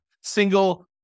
single